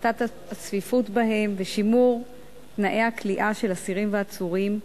הפחתת הצפיפות בהם ושימור תנאי הכליאה של אסירים ועצורים,